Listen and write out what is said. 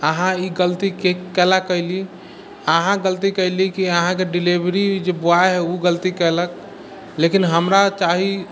अहाँ ई गलतीके कए लए कएली अहाँ गलती कएली कि अहाँके डिलेवरी जे ब्वॉइ हइ ओ गलती कएलक लेकिन हमरा चाही